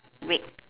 red